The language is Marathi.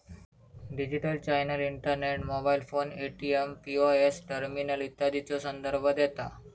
digital channel internet, mobile phone, ATM, POS terminal इत्यादीचो संदर्भ देता